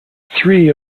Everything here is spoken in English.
three